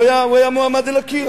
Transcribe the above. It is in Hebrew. הוא היה מועמד אל הקיר.